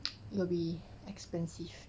it will be expensive